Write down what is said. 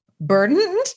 burdened